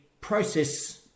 process